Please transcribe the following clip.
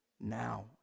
Now